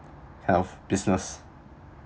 kind of business